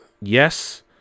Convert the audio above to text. yes